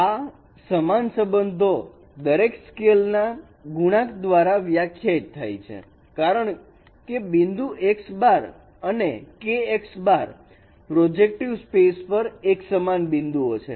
આ સમાન સંબંધો સ્કેલ ના ગુણાંક દ્વારા વ્યાખ્યાયિત થાય છે કારણ કે બિંદુ X' અને kX' પ્રોજેક્ટિવ સ્પેસ પર એક સમાન બિંદુઓ છે